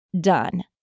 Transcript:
done